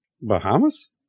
Bahamas